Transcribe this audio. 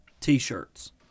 T-shirts